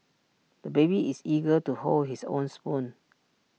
the baby is eager to hold his own spoon